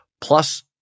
plus